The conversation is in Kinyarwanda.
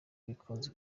rikunze